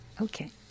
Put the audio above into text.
Okay